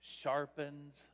sharpens